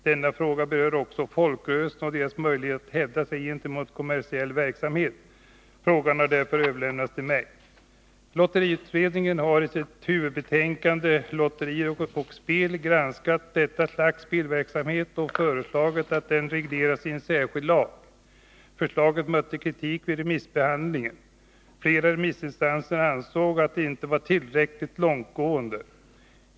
Denna fråga berör också folkrörelserna och deras möjligheter att hävda sig gentemot kommersiell verksamhet. Frågan har därför överlämnats till mig. Lotteriutredningen har i sitt huvudbetänkande Lotterier och spel granskat detta slags spelverksamhet och föreslagit att den regleras i en särskild lag. Förslaget mötte kritik vid remissbehandlingen. Flera remissinstanser ansåg att det inte var tillräckligt långtgående.